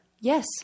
Yes